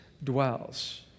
dwells